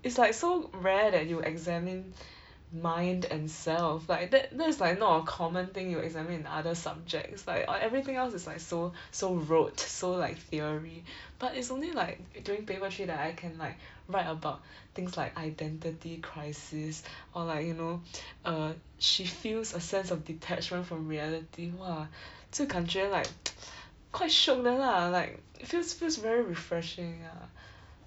it's like so rare that you'll examine mind and self like that that's like not a common thing that you'll examine in the other subjects like all everything else is like so so rote so like theory but it's only like during paper three that I can like write about things like identity crisis or like you know err she feels a sense of detachment from reality !wah! 这感觉 like quite shiok 的啦 like feels feels very refreshing ya